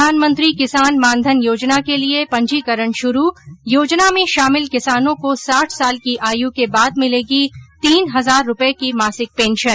प्रधानमंत्री किसान मानधन योजना के लिये पंजीकरण शुरू योजना में शामिल किसानों को साठ साल की आयु के बाद मिलेगी तीन हजार रूपये की मासिक पेंशन